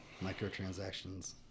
Microtransactions